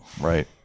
right